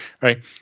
Right